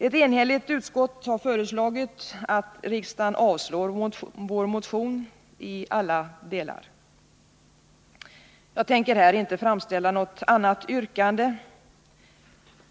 Utskottet har enhälligt föreslagit att riksdagen skall avslå vår motion i alla delar. Jag tänker inte här framställa något annat yrkande.